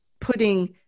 putting